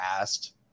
asked